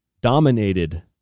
dominated